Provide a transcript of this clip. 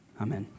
amen